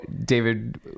David